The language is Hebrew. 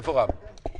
איפה רם שפע?